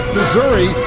Missouri